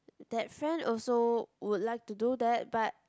that friend also would like to do that but